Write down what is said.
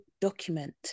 document